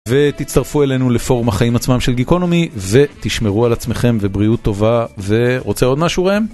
ותצטרפו אלינו לפורום "החיים עצמם" של גיקונומי, ותשמרו על עצמכם, ובריאות טובה ו...רוצה עוד משהו, ראם?